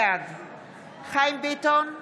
בעד חיים ביטון,